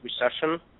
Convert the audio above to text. recession